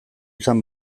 izan